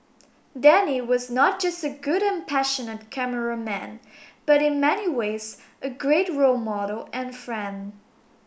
Danny was not just a good and passionate cameraman but in many ways a great role model and friend